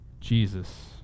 Jesus